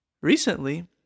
Recently